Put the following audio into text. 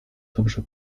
dobrze